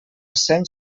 cent